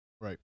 Right